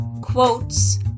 quotes